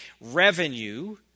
revenue